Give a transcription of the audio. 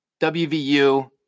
WVU